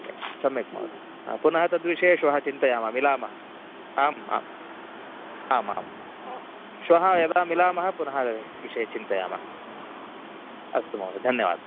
सम्यक् सम्यक् महोदय पुनः तद्विषये श्वः चिन्तयामः मिलामः आम् आम् आम् आम् श्वः यदा मिलामः पुनः विषये चिन्तयामः अस्तु महोदय धन्यवादः